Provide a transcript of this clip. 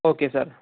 okay sir